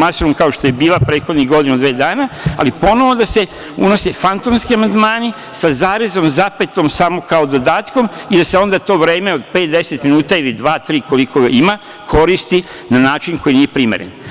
masovno kao što je bila prethodnih godinu, dve dana, ali ponovo da se unose fantomski amandmani, sa zarezom, zapetom samo kao dodatkom i da se onda to vreme od pet, 10 minuta ili dva, tri koliko ima koristi na način koji nije primeren.